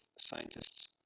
scientists